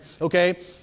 Okay